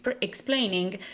explaining